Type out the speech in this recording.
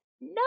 No